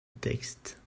texte